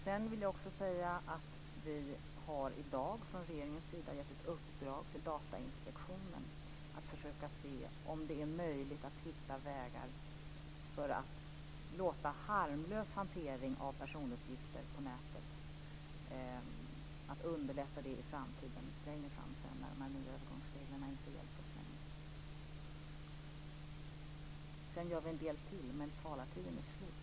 Dels vill jag säga att vi från regeringens sida i dag har gett ett uppdrag till Datainspektionen att försöka se om det är möjligt att hitta vägar för att underlätta harmlös hantering av personuppgifter på nätet i framtiden när övergångsreglerna inte längre hjälper oss. Sedan gör vi en del annat också.